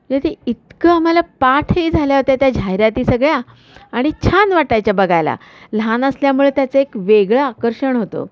तर ते इतकं आम्हाला पाठही झाल्या होत्या त्या जाहिराती सगळ्या आणि छान वाटायच्या बघायला लहान असल्यामुळे त्याचं एक वेगळं आकर्षण होतं